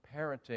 parenting